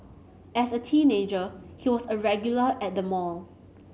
as a teenager he was a regular at the mall